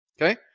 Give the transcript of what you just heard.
okay